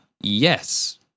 Yes